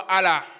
Allah